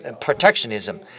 protectionism